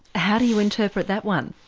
how do you interpret that one?